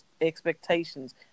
expectations